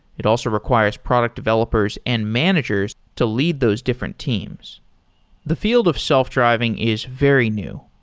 it also requires product developers and managers to lead those different teams the field of self-driving is very new.